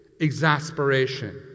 exasperation